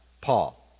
Paul